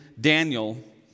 Daniel